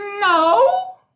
No